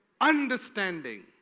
understanding